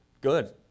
good